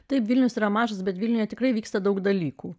tai vilnius yra mažas bet vilniuje tikrai vyksta daug dalykų